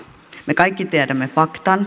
me kaikki tiedämme faktan